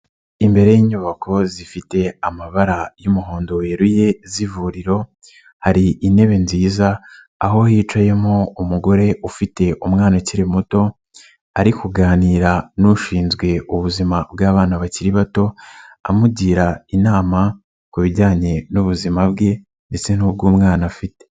Imbere y'inyubako zifite amabara y'umuhondo weruye z'ivuriro hari intebe nziza aho hicayemo umugore ufite umwana ukiri muto, ari kuganira n'ushinzwe ubuzima bw'abana bakiri bato, amugira inama ku bijyanye n'ubuzima bwe ndetse n'ubw'umwana afite.